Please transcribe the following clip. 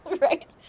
right